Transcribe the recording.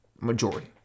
majority